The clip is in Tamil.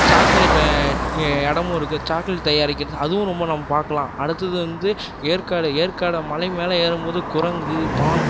சாக்லேட் இடமும் இருக்கு சாக்லேட் தயாரிக்கிறது அதுவும் ரொம்ப நம்ம பார்க்கலாம் அடுத்தது வந்து ஏற்காடு ஏற்காடு மலை மேலே ஏறும் போது குரங்கு மான்